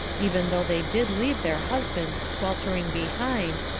even though they did leave their husbands sweltering behind,